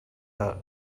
her